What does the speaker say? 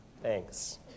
Thanks